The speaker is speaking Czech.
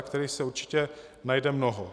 Kterých se určitě najde mnoho.